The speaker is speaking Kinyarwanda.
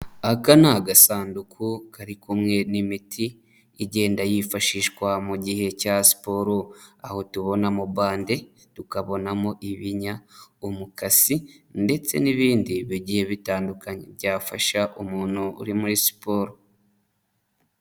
Aka ni agasanduku kari kumwe n'imiti igenda yifashishwa mu gihe cya siporo, aho tubona mo bande, tukabonamo ibinya, umukasi, ndetse n'ibindi bigiye bitandukanye byafasha umuntu uri muri siporo.